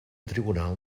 tribunal